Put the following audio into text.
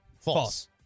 False